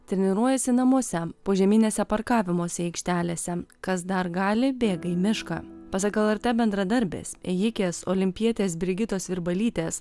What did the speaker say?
treniruojasi namuose požeminėse parkavimosi aikštelėse kas dar gali bėga į mišką pasak lrt bendradarbės ėjikės olimpietės brigitos virbalytės